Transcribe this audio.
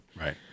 right